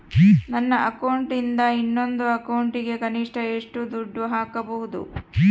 ನನ್ನ ಅಕೌಂಟಿಂದ ಇನ್ನೊಂದು ಅಕೌಂಟಿಗೆ ಕನಿಷ್ಟ ಎಷ್ಟು ದುಡ್ಡು ಹಾಕಬಹುದು?